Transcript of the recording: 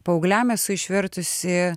paaugliam esu išvertusi